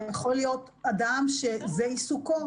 זה יכול להיות אדם שזה עיסוקו,